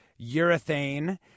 urethane